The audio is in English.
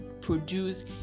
produce